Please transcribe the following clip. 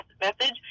message